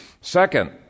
Second